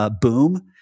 boom